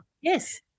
Yes